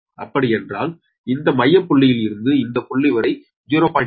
அப்படி என்றல் இந்த மைய்யபுள்ளியில் இருந்து இந்த புள்ளி வரை 0